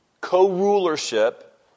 co-rulership